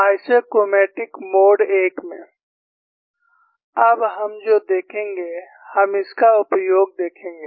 isochromatics mode 1 में अब हम जो देखेंगे हम इसका उपयोग देखेंगे